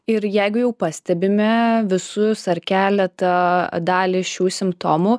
ir jeigu jau pastebime visus ar keletą dalį šių simptomų